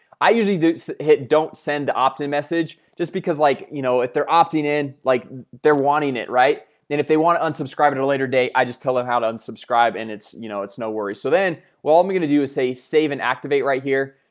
i usually do hit don't send the opt-in message just because like you know if they're opting in like they're wanting it right then if they want to unsubscribe in a later date i just tell him how to unsubscribe and it's you know it's no worries so then well all i'm gonna do is say save and activate right here,